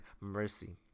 mercy